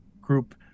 group